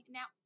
Now